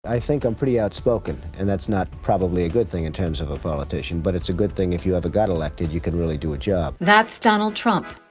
i think i'm pretty outspoken and that's not probably a good thing in terms of a politician but it's a good thing if you ever got elected, you can really do a job. that's donald trump.